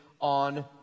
on